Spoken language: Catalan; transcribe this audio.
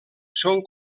són